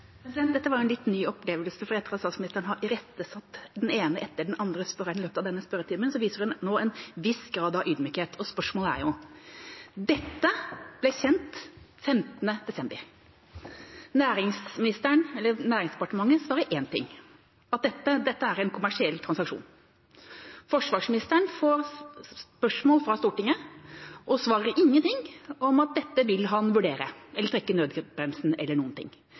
Dette var en litt ny opplevelse, for etter at statsministeren har irettesatt den ene spørreren etter den andre i løpet av denne spørretimen, viser hun nå en viss grad av ydmykhet. Dette ble kjent 15. desember. Næringsdepartementet svarer én ting – at dette er en kommersiell transaksjon. Forsvarsministeren får spørsmål fra Stortinget og svarer ingenting om at han vil vurdere dette eller trekke i nødbremsen eller noen ting.